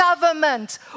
government